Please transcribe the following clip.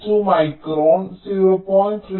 32 micron 0